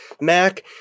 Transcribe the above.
Mac